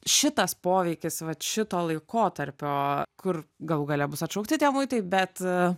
šitas poveikis vat šito laikotarpio kur galų gale bus atšaukti tie muitai bet